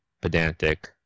pedantic